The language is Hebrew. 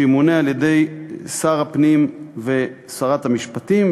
שימונה על-ידי שר הפנים ושרת המשפטים,